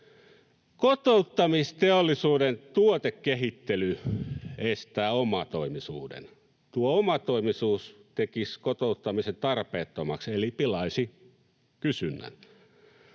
Kotouttamisteollisuuden tuotekehittely estää omatoimisuuden. Tuo omatoimisuus tekisi kotouttamisen tarpeettomaksi eli pilaisi kysynnän.